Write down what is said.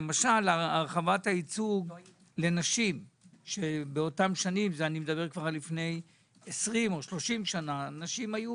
למשל הרחבת הייצוג לנשים שבאותן שנים כבר לפני 20 או 30 שנה נשים היו